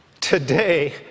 Today